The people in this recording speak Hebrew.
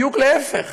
בדיוק להפך.